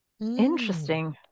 Interesting